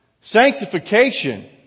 sanctification